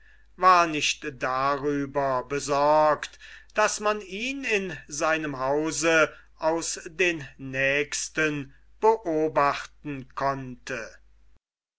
war nicht darüber besorgt daß man ihn in seinem hause aus den nächsten beobachten konnte